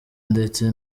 ndetse